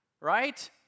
right